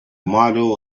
model